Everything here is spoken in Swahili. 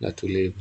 na tulivu.